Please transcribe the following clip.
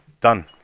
Done